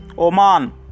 Oman